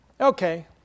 Okay